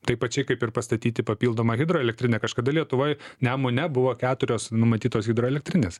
taip pačiai kaip ir pastatyti papildomą hidroelektrinę kažkada lietuvoj nemune buvo keturios numatytos hidroelektrinės